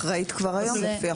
היא אחראית כבר היום לפי החוק.